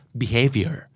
behavior